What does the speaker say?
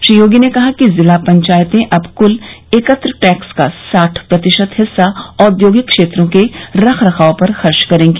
श्री योगी ने कहा कि जिला पंचायतें अब कुल एकत्र टैक्स का साठ प्रतिशत हिस्सा औद्योगिक क्षेत्रों के रख रखाव पर खर्च करेगी